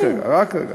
רגע, רק רגע, רק רגע.